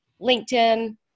LinkedIn